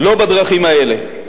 לא בדרכים האלה.